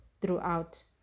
throughout